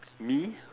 me